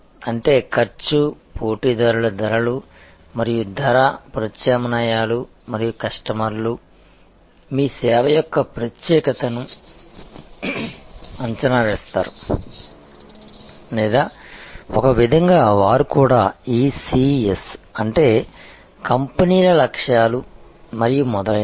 అంటే ఖర్చు పోటీదారుల ధరలు మరియు ధర ప్రత్యామ్నాయాలు మరియు కస్టమర్లు మీ సేవ యొక్క ప్రత్యేకతను అంచనా వేస్తారు లేదా ఒక విధంగా వారు కూడా ఈ C'S అంటే కంపెనీల లక్ష్యాలు మరియు మొదలైనవి